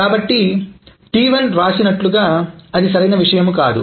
కాబట్టి T1 వ్రాసినట్లుగా అది సరైన విషయం కాదు